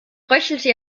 röchelte